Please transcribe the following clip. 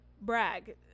brag